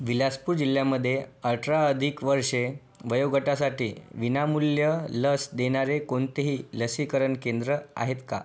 विलासपूर जिल्ह्यामध्ये अठरा अधिक वर्षे वयोगटासाठी विनामूल्य लस देणारे कोणतेही लसीकरण केंद्र आहेत का